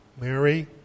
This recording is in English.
Mary